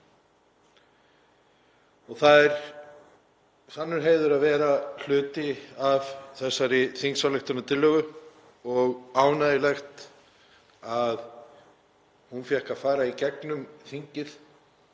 Það er sannur heiður að vera hluti af þessari þingsályktunartillögu og ánægjulegt að hún fékk að fara í gegnum þingið